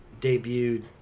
debuted